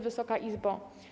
Wysoka Izbo!